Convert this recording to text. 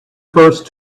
first